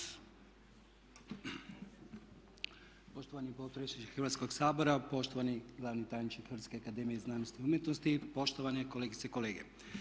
Poštovani potpredsjedniče Hrvatskoga sabora, poštovani glavni tajniče Hrvatske akademije znanosti i umjetnosti, poštovane kolegice i kolege.